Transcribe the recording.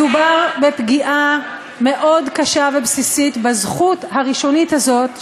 מדובר בפגיעה קשה מאוד ובסיסית בזכות הראשונית הזאת,